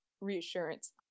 reassurance